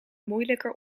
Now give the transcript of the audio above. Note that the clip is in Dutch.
moeilijker